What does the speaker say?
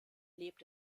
lebt